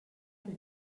que